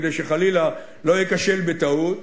כדי שחלילה לא אכשל בטעות,